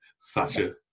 Sasha